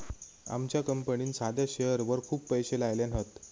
आमच्या कंपनीन साध्या शेअरवर खूप पैशे लायल्यान हत